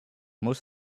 most